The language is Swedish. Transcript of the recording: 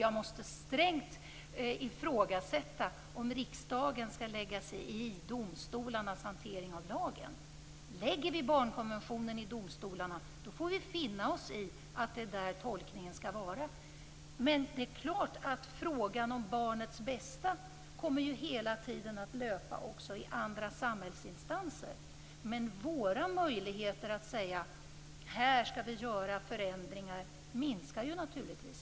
Jag måste strängt ifrågasätta om riksdagen skall lägga sig i domstolarnas hantering av lagen. Lägger vi tolkningen av barnkonventionen hos domstolarna får vi finna oss i att det är där tolkningen skall vara. Frågan om barnets bästa kommer hela tiden att löpa också i andra samhällsinstanser. Men våra möjligheter att säga: Här skall vi göra förändringar, minskar naturligtvis.